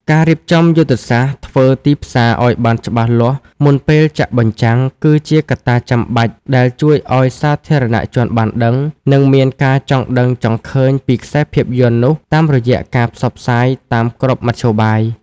ការរៀបចំយុទ្ធសាស្ត្រធ្វើទីផ្សារឱ្យបានច្បាស់លាស់មុនពេលចាក់បញ្ចាំង គឺជាកត្តាចាំបាច់ដែលជួយឱ្យសាធារណជនបានដឹង និងមានការចង់ដឹងចង់ឃើញពីខ្សែភាពយន្តនោះតាមរយៈការផ្សព្វផ្សាយតាមគ្រប់មធ្យោបាយ។